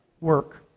work